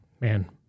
man